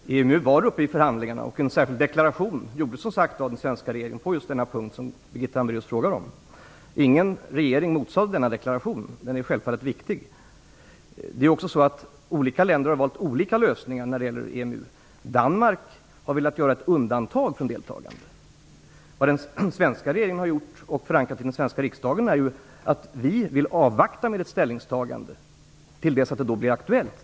Fru talman! EMU var uppe i förhandlingarna. Den svenska regeringen gjorde, som sagt, en särskild deklaration på just denna punkt som Birgitta Hambraeus frågar om. Ingen regering motsade denna deklaration. Den är självfallet viktig. Olika länder har valt olika lösningar när det gäller EMU. Danmark har velat göra ett undantag från deltagande. Vad den svenska regeringen gjort, och förankrat i den svenska riksdagen, är att säga att vi vill avvakta med ett ställningsstagande till dess att det blir aktuellt.